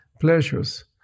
pleasures